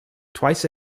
twice